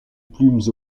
plumes